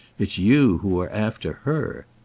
it's you who are after her.